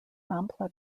numbers